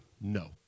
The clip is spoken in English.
No